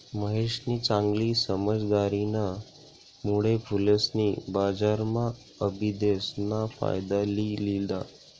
महेशनी चांगली समझदारीना मुळे फुलेसनी बजारम्हा आबिदेस ना फायदा लि लिदा